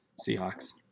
Seahawks